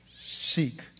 seek